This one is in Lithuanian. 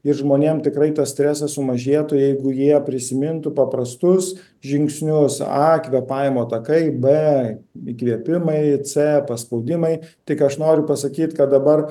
ir žmonėm tikrai tas stresas sumažėtų jeigu jie prisimintų paprastus žingsnius a kvėpavimo takai b įkvėpimai c paspaudimai tik aš noriu pasakyt kad dabar